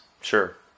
Sure